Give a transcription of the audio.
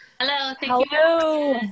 Hello